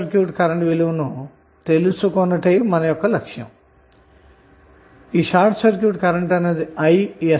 దీని విలువను కనుక్కోవటమే ప్రస్తుతం మన లక్ష్యం అన్న మాట